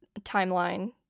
timeline